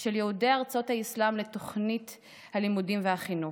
של יהודי ארצות האסלאם לתוכנית הלימודים והחינוך.